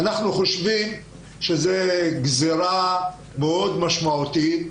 אנחנו חושבים שזאת גזרה מאוד משמעותית,